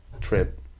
trip